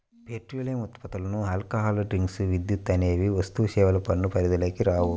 petroleum ఉత్పత్తులు, alcohol drinks, విద్యుత్ అనేవి వస్తుసేవల పన్ను పరిధిలోకి రావు